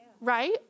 right